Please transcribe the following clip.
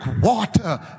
water